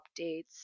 updates